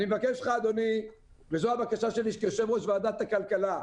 אני מבקש ממך, אדוני, שכיושב ראש ועדת הכלכלה,